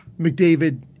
McDavid